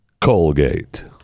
Colgate